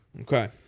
Okay